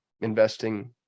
investing